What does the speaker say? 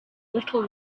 little